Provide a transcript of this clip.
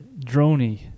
droney